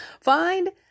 find